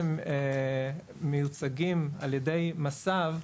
שמיוצגים על ידי מס"ב,